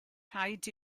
rhaid